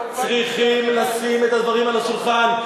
צריכים לשים את הדברים על השולחן.